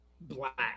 black